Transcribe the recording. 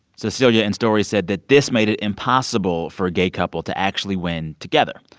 cecilia and story said that this made it impossible for a gay couple to actually win together.